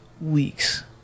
weeks